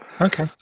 Okay